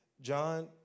John